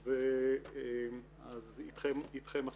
אז איתכם הסליחה.